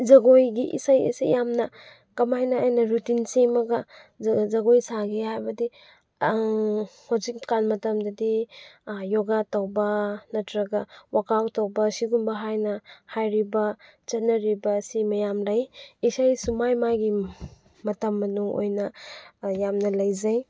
ꯖꯒꯣꯏꯒꯤ ꯏꯁꯩꯁꯦ ꯌꯥꯝꯅ ꯀꯃꯥꯏꯅ ꯑꯩꯅ ꯔꯨꯇꯤꯟ ꯁꯦꯝꯃꯒ ꯖꯒꯣꯏ ꯁꯥꯒꯦ ꯍꯥꯏꯕꯗꯤ ꯍꯧꯖꯤꯛꯀꯥꯟ ꯃꯇꯝꯗꯗꯤ ꯌꯣꯒꯥ ꯇꯧꯕ ꯅꯠꯇ꯭ꯔꯒ ꯋꯥꯛ ꯑꯥꯎꯠ ꯇꯧꯕ ꯁꯤꯒꯨꯝꯕ ꯍꯥꯏꯅ ꯍꯥꯏꯔꯤꯕ ꯆꯠꯅꯔꯤꯕ ꯑꯁꯤ ꯃꯌꯥꯝ ꯂꯩ ꯏꯁꯩꯁꯨ ꯃꯥꯒꯤ ꯃꯥꯒꯤ ꯃꯇꯝ ꯃꯅꯨꯡ ꯑꯣꯏꯅ ꯌꯥꯝꯅ ꯂꯩꯖꯩ